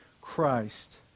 Christ